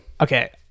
okay